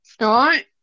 Right